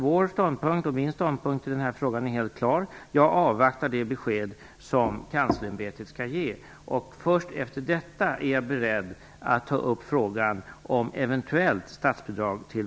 Vår, och därmed min, ståndpunkt i den här frågan är helt klar. Jag avvaktar det besked som Kanslersämbetet skall ge. Först därefter är jag beredd att ta upp frågan om eventuellt statsbidrag till